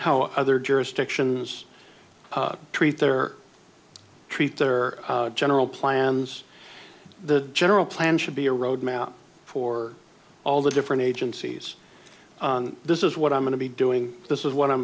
how other jurisdictions treat their treat their general plans the general plan should be a road map for all the different agencies this is what i'm going to be doing this is what i'm